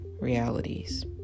realities